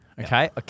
Okay